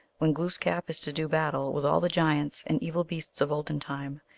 when glooskap is to do battle with all the giants and evil beasts of olden time,